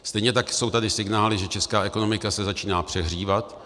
Stejně tak jsou tady signály, že česká ekonomika se začíná přehřívat.